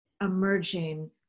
emerging